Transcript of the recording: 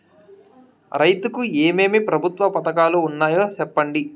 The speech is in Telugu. రైతుకు ఏమేమి ప్రభుత్వ పథకాలు ఉన్నాయో సెప్పండి?